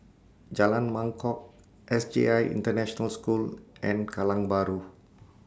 Jalan Mangkok S J I International School and Kallang Bahru